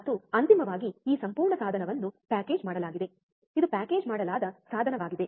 ಮತ್ತು ಅಂತಿಮವಾಗಿ ಈ ಸಂಪೂರ್ಣ ಸಾಧನವನ್ನು ಪ್ಯಾಕೇಜ್ ಮಾಡಲಾಗಿದೆ ಇದು ಪ್ಯಾಕೇಜ್ ಮಾಡಲಾದ ಸಾಧನವಾಗಿದೆ